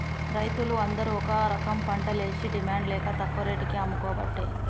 రైతులు అందరు ఒక రకంపంటలేషి డిమాండ్ లేక తక్కువ రేటుకు అమ్ముకోబట్టే